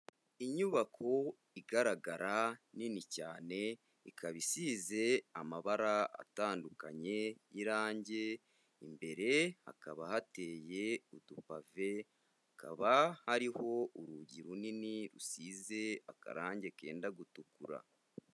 Inyubako igaragara nini cyane, ikaba isize amabara atandukanye y'irange, imbere hakaba hateye udupave, hakaba hariho urugi runini rusize akarange kenda gutukura.